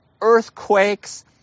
earthquakes